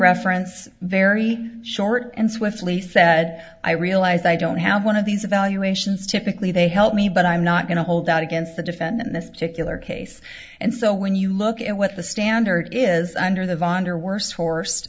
reference very short and swiftly said i realize i don't have one of these evaluations typically they help me but i'm not going to hold out against the defendant in this particular case and so when you look at what the standard is under the vonder worst for